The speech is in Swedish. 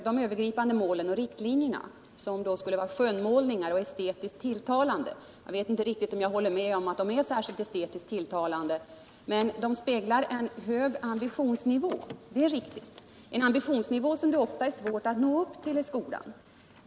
De övergripande målen och riktlinjerna skulle vara skönmälningar och estetiskt vulltalande formuleringar. Jag vet inte om jag håller med om att de är estetiskt tilltalande, men det är riktigt att de speglar en hög ambitionsnivå. som det ofta är svårt att nå upp till i skolan.